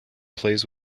plays